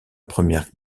première